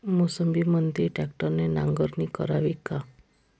मोसंबीमंदी ट्रॅक्टरने नांगरणी करावी का?